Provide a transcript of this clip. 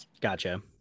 Gotcha